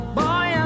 boy